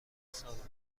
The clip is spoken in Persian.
سازمان